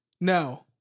No